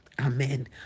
amen